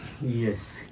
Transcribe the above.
Yes